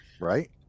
right